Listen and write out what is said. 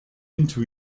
into